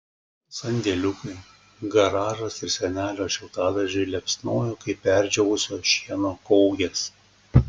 sandėliukai garažas ir senelio šiltadaržiai liepsnojo kaip perdžiūvusio šieno kaugės